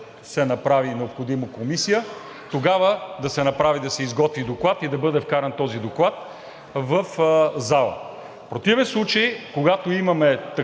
се направи необходимата комисия, тогава да се изготви доклад и да бъде вкаран този доклад в залата. В противен случай, когато имаме